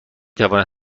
تواند